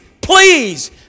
please